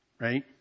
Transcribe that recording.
right